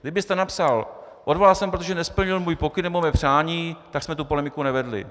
Kdybyste napsal: odvolal jsem ho, protože nesplnil můj pokyn nebo mé přání, tak jsme tu polemiku nevedli.